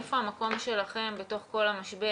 איפה המקום שלכם בתוך כל המשבר?